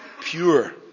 pure